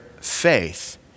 faith